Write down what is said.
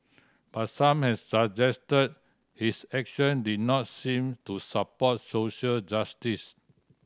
but some have suggested his action did not seem to support social justice